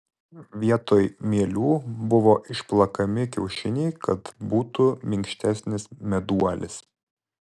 vietoj mielių buvo išplakami kiaušiniai kad būtų minkštesnis meduolis